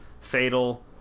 fatal